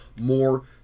more